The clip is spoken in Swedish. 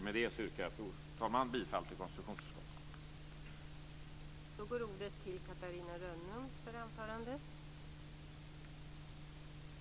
Med det yrkar jag, fru talman, bifall till konstitutionsutskottets hemställan.